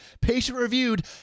patient-reviewed